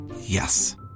Yes